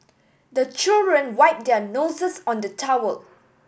the children wipe their noses on the towel